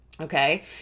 Okay